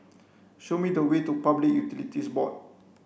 show me the way to Public Utilities Board